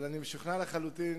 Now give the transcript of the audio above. אבל אני משוכנע לחלוטין